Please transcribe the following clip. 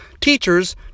teachers